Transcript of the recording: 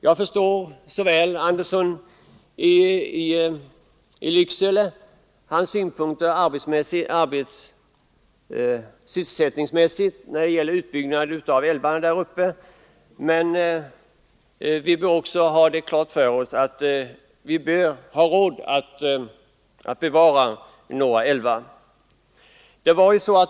Jag förstår så väl herr Anderssons i Lycksele sysselsättningsmässiga synpunkter när det gäller utbyggnaden av älvarna uppe i Norrland, men vi skall också ha klart för oss att vi bör ha råd att bevara några älvar.